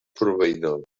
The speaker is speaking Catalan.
proveïdor